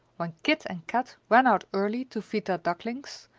when kit and kat ran out early to feed their ducklings,